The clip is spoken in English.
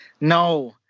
No